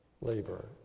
Labor